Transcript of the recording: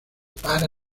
para